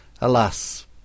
Alas